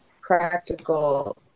practical